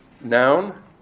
noun